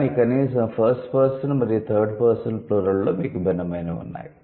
కానీ కనీసం 'first person మరియు థర్డ్ పర్సన్ ప్లూరల్' లో మీకు భిన్నమైనవి ఉన్నాయి